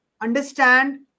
understand